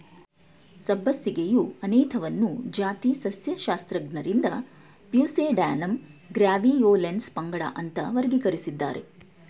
ಸಬ್ಬಸಿಗೆಯು ಅನೇಥಮ್ನ ಜಾತಿ ಸಸ್ಯಶಾಸ್ತ್ರಜ್ಞರಿಂದ ಪ್ಯೂಸೇಡ್ಯಾನಮ್ ಗ್ರ್ಯಾವಿಯೋಲೆನ್ಸ್ ಪಂಗಡ ಅಂತ ವರ್ಗೀಕರಿಸಿದ್ದಾರೆ